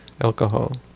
alcohol